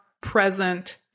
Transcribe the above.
present